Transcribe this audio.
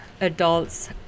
adults